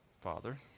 father